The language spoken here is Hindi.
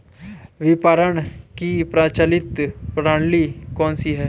विपणन की प्रचलित प्रणाली कौनसी है?